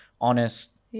honest